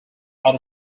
out